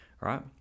right